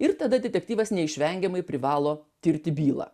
ir tada detektyvas neišvengiamai privalo tirti bylą